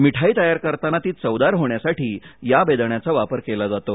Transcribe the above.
मिठाई तयार करताना ती चवदार होण्यासाठी या बेदाण्याचा वापर केला जातो